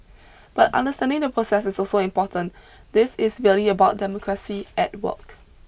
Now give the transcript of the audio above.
but understanding the process is also important this is really about democracy at work